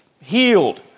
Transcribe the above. healed